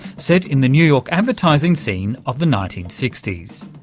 set in the new york advertising scene of the nineteen sixty s.